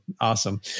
Awesome